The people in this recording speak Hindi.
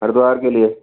हरिद्वार के लिए